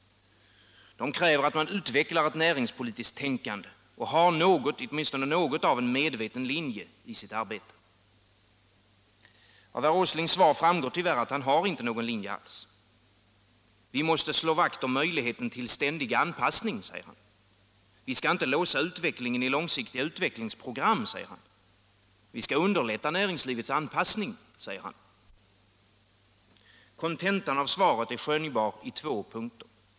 Det kräver att man utvecklar ett näringspolitiskt tänkande och har åtminstone något av en medveten linje i sitt arbete. Av herr Åslings svar framgår tyvärr att han inte har någon linje alls. Vi måste slå vakt om möjligheten till ständig anpassning, säger han, vi skall inte låsa utvecklingen i långsiktiga utvecklingsprogram, säger han, vi skall underlätta näringslivets anpassning, säger han. Kontentan av svaret är skönjbar i två punkter.